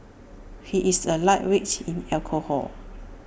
he is A lightweight in alcohol